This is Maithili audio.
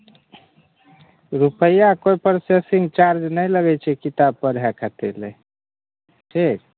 रुपैआके ओइपर सेटिंग चार्ज नहि लगइ छै किछु किताब पढ़य खातिर लए ठीक